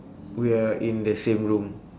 we are in the same room